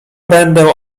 będę